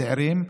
צעירים,